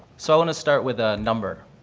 so i want to start with a number.